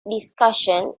discussion